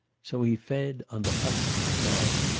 so he fed on the husks of love,